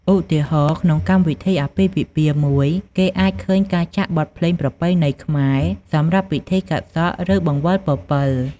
ឧទាហរណ៍ ក្នុងកម្មវិធីអាពាហ៍ពិពាហ៍មួយ គេអាចឃើញការចាក់បទភ្លេងប្រពៃណីខ្មែរសម្រាប់ពិធីកាត់សក់ ឬបង្វិលពពិល។